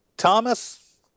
Thomas